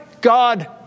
God